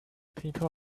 people